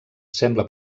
sembla